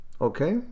okay